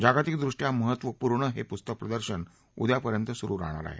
जागतिक दृष्टया महत्वपूर्ण हे पुस्तक प्रदर्शन उदयापर्यंत सुरु राहणार आहे